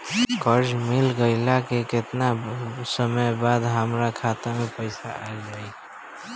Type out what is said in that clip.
कर्जा मिल गईला के केतना समय बाद हमरा खाता मे पैसा आ जायी?